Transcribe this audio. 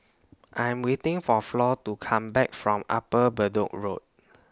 I Am waiting For Flor to Come Back from Upper Bedok Road